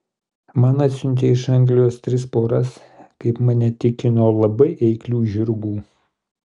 man atsiuntė iš anglijos tris poras kaip mane tikino labai eiklių žirgų